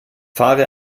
fahre